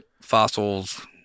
fossils –